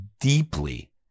deeply